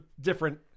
different